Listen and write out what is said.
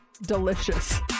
delicious